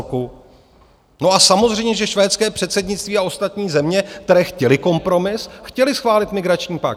No a samozřejmě že švédské předsednictví a ostatní země, které chtěly kompromis, chtěly schválit migrační pakt.